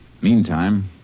Meantime